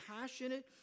passionate